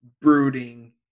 brooding